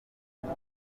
bacu